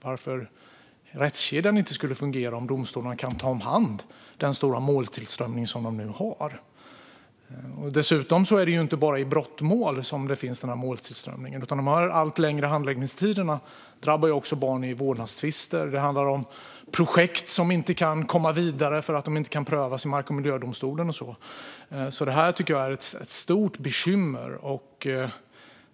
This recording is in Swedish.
Varför skulle inte rättskedjan fungera om domstolarna kan ta om hand den stora måltillströmning som de nu har? Dessutom är det inte bara en måltillströmning i fråga om brottmål. De allt längre handläggningstiderna drabbar också barn i vårdnadstvister. Det handlar också om projekt som inte kan komma vidare för att de inte kan prövas i mark och miljödomstolen. Jag tycker att detta är ett stort bekymmer.